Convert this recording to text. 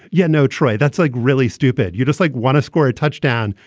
yeah know, try. that's like, really stupid. you're just like, want to score a touchdown?